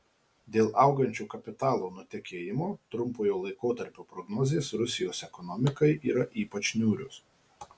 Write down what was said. dėl augančio kapitalo nutekėjimo trumpojo laikotarpio prognozės rusijos ekonomikai yra ypač niūrios